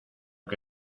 que